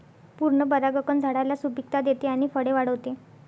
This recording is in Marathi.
पूर्ण परागकण झाडाला सुपिकता देते आणि फळे वाढवते